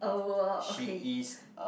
uh okay